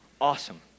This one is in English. Awesome